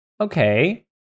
Okay